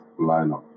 lineup